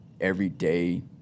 everyday